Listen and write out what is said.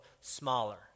smaller